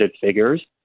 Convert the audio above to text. figures